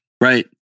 Right